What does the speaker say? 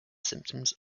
symptoms